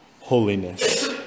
holiness